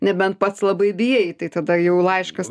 nebent pats labai bijai tai tada jau laiškas